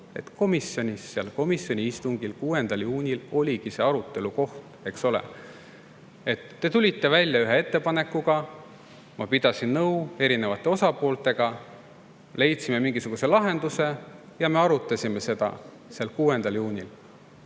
komisjonis arutama. Komisjoni istungil 6. juunil oligi see arutelu koht, eks ole. Te tulite välja ühe ettepanekuga, ma pidasin nõu erinevate osapooltega, leidsime mingisuguse lahenduse ja me arutasime seda seal 6. juunil.